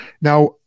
Now